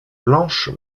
blanche